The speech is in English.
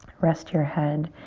rest your head.